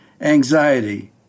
anxiety